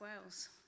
Wales